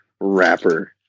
rapper